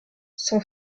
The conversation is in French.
son